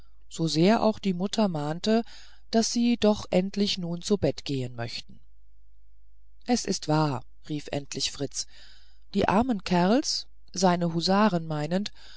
so sehr auch die mutter mahnte daß sie doch endlich nun zu bette gehen möchten es ist wahr rief endlich fritz die armen kerls